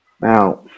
Now